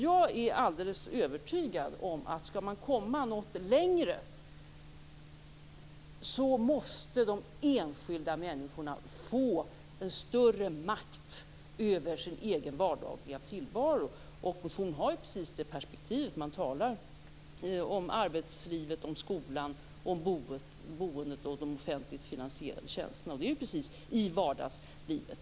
Jag är alldeles övertygad om att om man skall komma längre måste de enskilda människorna få en större makt över sin egen vardagliga tillvaro. Vår motion har precis det perspektivet. Man talar om arbetslivet, skolan, boendet och de offentligt finansierade tjänsterna.